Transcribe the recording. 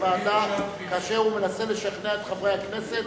ועדה כאשר הוא מנסה לשכנע את חברי הכנסת